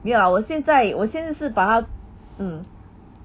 没有啊我现在我先是把他 mm